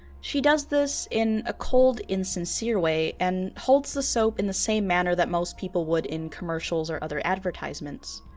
she does this in a cold, insincere way and holds the soap in the same manner that most people would in commercials or other advertisements.